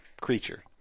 creature